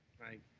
right